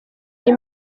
iyi